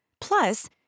Plus